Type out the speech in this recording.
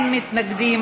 (תיקון,